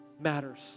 matters